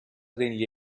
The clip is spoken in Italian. degli